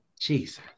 Jesus